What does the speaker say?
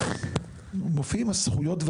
מופיעות הזכויות,